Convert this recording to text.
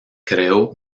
creó